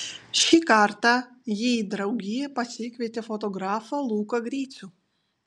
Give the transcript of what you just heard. šį kartą ji į draugiją pasikvietė fotografą luką gricių